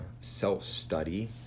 self-study